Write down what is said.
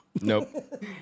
Nope